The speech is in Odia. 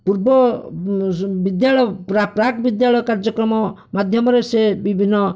ପୂର୍ବ ବିଦ୍ୟାଳୟ ପ୍ରାପ୍ରାକ ବିଦ୍ୟାଳୟ କାର୍ଯ୍ୟକ୍ରମ ମାଧ୍ୟମରେ ସେ ବିଭିନ୍ନ